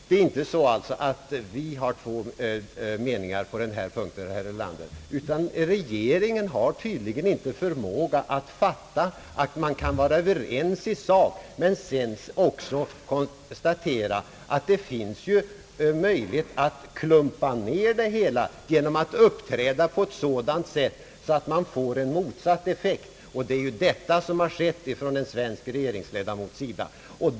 Det är inte på det sättet, att vi har två meningar på denna punkt, herr Erlander, utan regeringen har tydligen inte förmåga att fatta, att man kan vara överens i sak men sedan också konstatera att det finns möjlighet att klumpa ner det hela genom att uppträda på ett sådant sätt, att det blir en motsatt effekt. Det är detta som har skett från en svensk regeringsledamots sida.